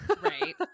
Right